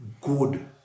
good